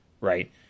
right